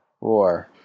war